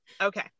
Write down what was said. okay